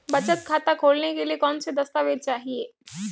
बचत खाता खोलने के लिए कौनसे दस्तावेज़ चाहिए?